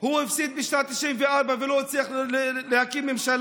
הוא הפסיד בשנת 1994 ולא הצליח להקים ממשלה